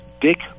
Dick